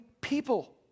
people